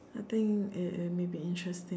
I think it it may be interesting